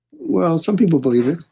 well, some people believe it.